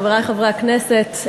חברי חברי הכנסת,